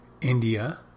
India